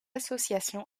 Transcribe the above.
association